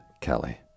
Kelly